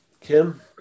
Kim